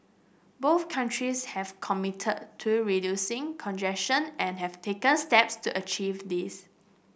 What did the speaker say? both countries have committed to reducing congestion and have taken steps to achieve this